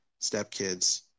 stepkids